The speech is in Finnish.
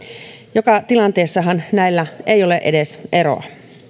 joka tilanteessahan näillä ei ole edes eroa